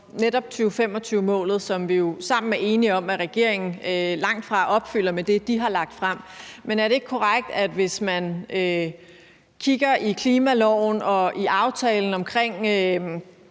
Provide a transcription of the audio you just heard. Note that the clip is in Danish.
netop 2025-målet, som vi jo sammen er enige om at regeringen med det, den har lagt frem, langtfra opfylder. Men er det ikke korrekt, at man, hvis man kigger i klimaloven og i aftalen omkring